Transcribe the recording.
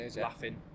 laughing